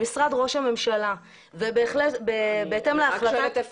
במשרד ראש הממשלה ובהתאם להחלטה --- איפה